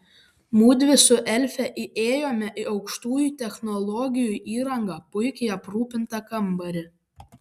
mudvi su elfe įėjome į aukštųjų technologijų įranga puikiai aprūpintą kambarį